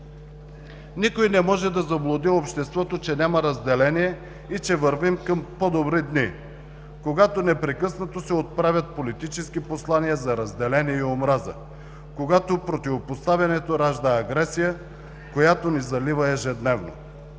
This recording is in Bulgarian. Никой не може да заблуди обществото, че няма разделение и че вървим към по-добри дни, когато непрекъснато се отправят политически послания за разделение и омраза, когато противопоставянето ражда агресия, която ни залива ежедневно.